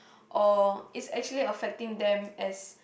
or it's actually affecting them as